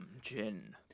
Gin